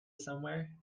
somewhere